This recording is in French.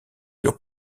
sur